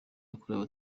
yakorewe